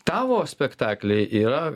tavo spektakliai yra